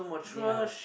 yea